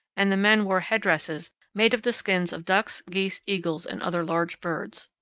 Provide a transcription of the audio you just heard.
and the men wore headdresses made of the skins of ducks, geese, eagles, and other large birds.